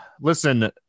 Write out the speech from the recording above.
listen